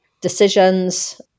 decisions